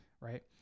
Right